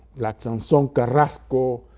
like sanson carrasco,